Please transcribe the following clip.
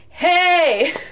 Hey